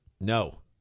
No